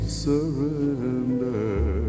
surrender